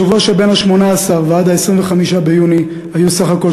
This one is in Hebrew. בשבוע שבין ה-18 ועד ה-25 ביוני היו בסך הכול